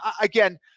again